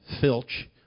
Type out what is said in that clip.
filch